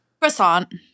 Croissant